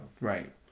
Right